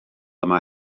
yma